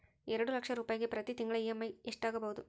ಎರಡು ಲಕ್ಷ ರೂಪಾಯಿಗೆ ಪ್ರತಿ ತಿಂಗಳಿಗೆ ಇ.ಎಮ್.ಐ ಎಷ್ಟಾಗಬಹುದು?